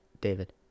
David